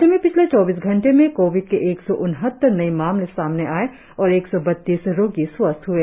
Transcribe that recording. राज्य में पिछले चौबीस घंटे में कोविड के एक सौ उनहत्तर नए मामले सामने आये और एक सौ बत्तीस रोगी स्वस्थ हए